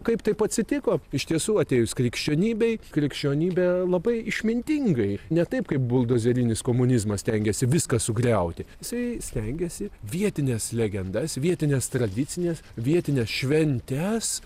kaip taip atsitiko iš tiesų atėjus krikščionybei krikščionybė labai išmintingai ne taip kaip buldozerinis komunizmas stengiasi viską sugriauti jisai stengiasi vietines legendas vietines tradicines vietines šventes